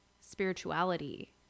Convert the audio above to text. spirituality